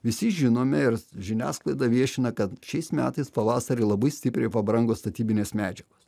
visi žinome ir žiniasklaida viešina kad šiais metais pavasarį labai stipriai pabrango statybinės medžiagos